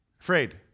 Afraid